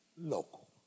local